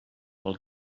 pel